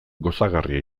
gozagarria